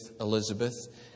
Elizabeth